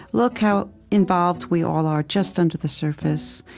look how involved we all are just under the surface,